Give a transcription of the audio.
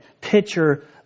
picture